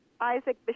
Isaac